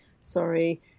sorry